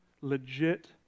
legit